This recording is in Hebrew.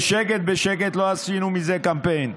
בשקט בשקט, לא עשינו מזה קמפיין,